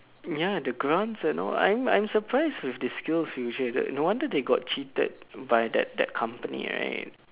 ya the grants and all I'm I'm surprised with the Skills-Future no wonder they got cheated by that that company right